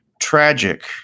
tragic